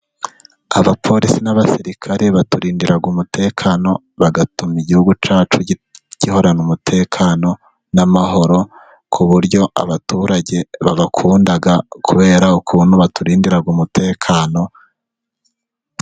Abapolisi n'abasirikare baturindira umutekano, bagatuma igihugu cyacu gihorana umutekano n'amahoro, ku buryo abaturage babakunda kubera ukuntu baturindira umutekano.